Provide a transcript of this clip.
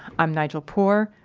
i'm nigel poor,